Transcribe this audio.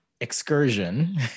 excursion